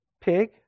pig